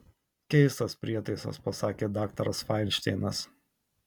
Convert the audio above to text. keistas prietaisas pasakė daktaras fainšteinas